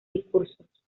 discursos